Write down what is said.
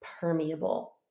permeable